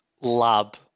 lab